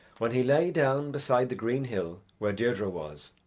when he lay down beside the green hill where deirdre was,